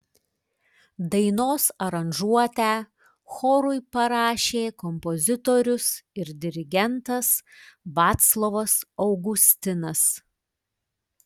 dainos aranžuotę chorui parašė kompozitorius ir dirigentas vaclovas augustinas